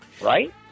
right